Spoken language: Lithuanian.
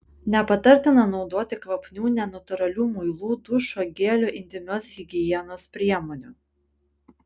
nepatartina naudoti kvapnių nenatūralių muilų dušo gelių intymios higienos priemonių